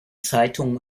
zeitungen